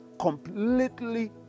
completely